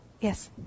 Yes